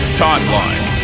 timeline